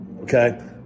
Okay